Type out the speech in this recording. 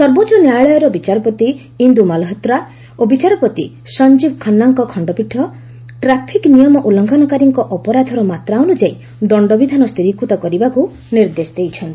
ସର୍ବୋଚ୍ଚ ନ୍ୟାୟାଳୟର ବିଚାରପତି ଇନ୍ଦୁ ମାଲ୍ହୋତ୍ରା ଓ ବିଚାରପତି ସଞ୍ଜୀବ୍ ଖାନ୍ନାଙ୍କ ଖଣ୍ଡପୀଠ ଟ୍ରାଫିକ୍ ନିୟମ ଉଲ୍ଲ୍ଘନକାରୀଙ୍କ ଅପରାଧର ମାତ୍ରା ଅନୁଯାୟୀ ଦଶ୍ଚବିଧାନ ସ୍ଥିରୀକୃତ କରିବାକୁ ନିର୍ଦ୍ଦେଶ ଦେଇଛନ୍ତି